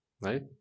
right